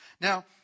Now